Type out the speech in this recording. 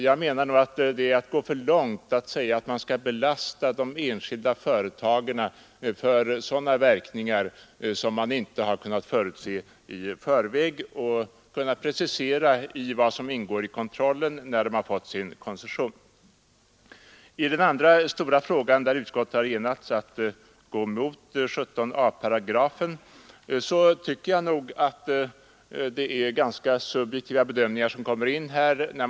Jag menar att det är att gå för långt att belasta de enskilda företagen för sådana verkningar som man inte har kunnat förutse och som inte angetts ingå i kontrollen som föreskrivits när de fått sin koncession. I den andra stora frågan går utskottsmajoriteten emot den i propositionen föreslagna 17 a§. Om man skall tillämpa den berörda paragrafen måste det bli fråga om ganska subjektiva bedömningar av vad som är ”synnerliga skäl”.